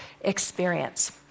experience